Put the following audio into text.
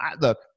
look